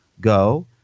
Go